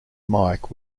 mic